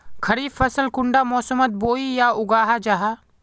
खरीफ फसल कुंडा मोसमोत बोई या उगाहा जाहा?